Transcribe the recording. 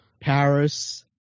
Paris